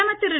பிரதமர் திரு